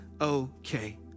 okay